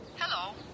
Hello